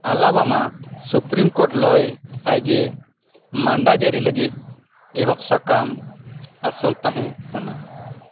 Alabama supreme court ᱞᱟᱹᱭᱟᱭ ᱡᱮ ᱢᱟᱲᱟᱝ ᱡᱟᱹᱨᱤ ᱞᱟᱹᱜᱤᱫ ᱮᱦᱚᱵ ᱥᱟᱠᱟᱢ ᱟᱥᱚᱞ ᱛᱟᱦᱮᱸ ᱠᱟᱱᱟ